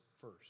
first